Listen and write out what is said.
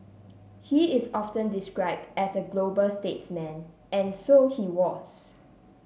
he is often described as a global statesman and so he was